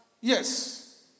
Yes